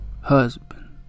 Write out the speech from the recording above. husband